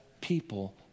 people